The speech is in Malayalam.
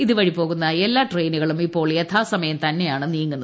ഇതുവഴിപോകുന്ന എല്ലാ ട്രെയിനുകളും ഇപ്പോൾ യഥാസമയം തന്നെയാണ് നീങ്ങുന്നത്